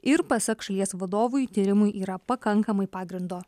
ir pasak šalies vadovui tyrimui yra pakankamai pagrindo